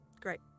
Great